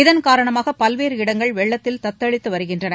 இதன் காரணமாக பல்வேறு இடங்கள் வெள்ளத்தில் தத்தளித்து வருகின்றன